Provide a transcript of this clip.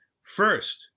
first